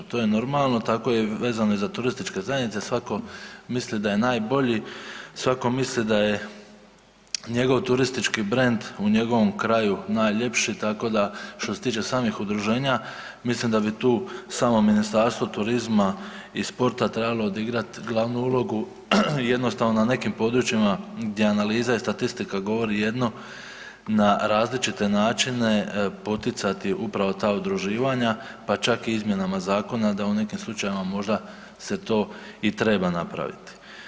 To je normalno, tako i vezano za turističke zajednice svako misli da je najbolji, svako misli da je njegov turistički brend u njegovom kraju najljepši, tako da što se tiče samih udruženja mislim da bi tu samo Ministarstvo turizma i sporta trebalo odigrat glavnu ulogu i jednostavno na nekim područjima gdje analiza i statistika govori jedno, na različite načine poticati upravo ta udruživanja, pa čak i izmjenama zakona da u nekim slučajevima možda se to i treba napraviti.